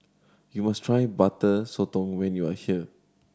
you must try Butter Sotong when you are here